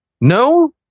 No